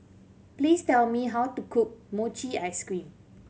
please tell me how to cook mochi ice cream